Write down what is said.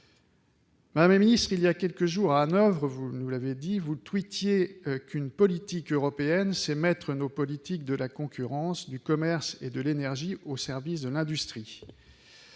dans la société. Voilà quelques jours, à Hanovre, madame la secrétaire d'État, vous tweetiez qu'« une politique européenne, c'est mettre nos politiques de la concurrence, du commerce et de l'énergie au service de l'industrie